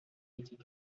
études